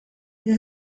sie